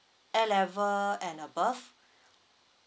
a level and above